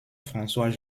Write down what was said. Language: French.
françois